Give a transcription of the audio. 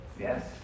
Yes